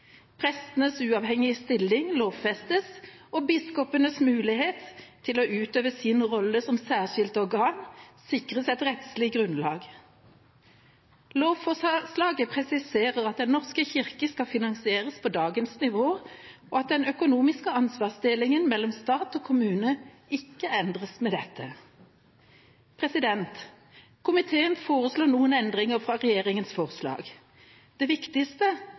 uavhengige stilling lovfestes, og biskopenes mulighet til å utøve sin rolle som et særskilt organ, sikres i et rettslig grunnlag. Lovforslaget presiserer at Den norske kirke skal finansieres på dagens nivå, og at den økonomiske ansvarsdelingen mellom stat og kommune ikke endres med dette. Komiteen foreslår noen endringer fra regjeringas forslag. Den viktigste